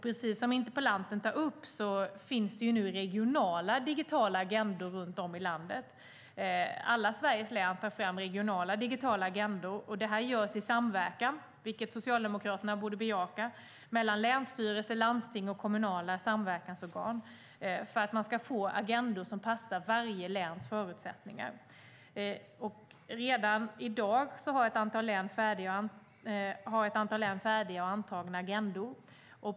Precis som interpellanten tar upp finns det nu regionala digitala agendor runt om i landet. Alla Sveriges län tar fram regionala digitala agendor, och det görs i samverkan, vilket Socialdemokraterna borde bejaka, mellan länsstyrelse, landsting och kommunala samverkansorgan för att få agendor som passar varje läns förutsättningar. Redan i dag har ett antal län färdiga och antagna agendor.